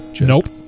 Nope